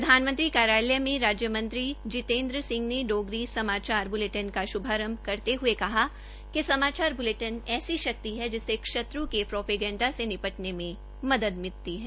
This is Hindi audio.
प्रधानमंत्री कार्यालय में राज्यमंत्री जितेंन्द्र सिंह ने डोगरी समाचार बुलेटिन का शुभारंभ करते हुए कहा कि समाचार बुलेटिन ऐसी शक्ति है जिससे शत्र के प्रोपेगंडा से निपटने में मदद मिलती है